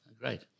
Great